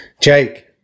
Jake